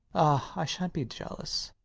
i shant be jealous.